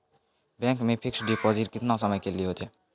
Bank मे fixed deposit केतना समय के लेली होय छै?